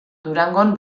durangon